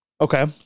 Okay